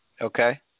Okay